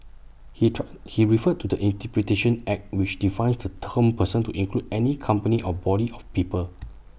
he try he referred to the interpretation act which defines the term person to include any company or body of people